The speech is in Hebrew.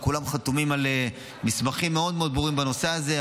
כולם חתומים על מסמכים מאוד מאוד ברורים בנושא הזה.